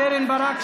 קרן ברק,